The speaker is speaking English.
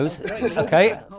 okay